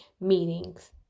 meetings